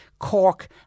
Cork